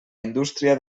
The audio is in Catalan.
indústria